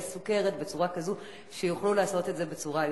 סוכרת בצורה כזו שיוכלו לעשות את זה בצורה יותר,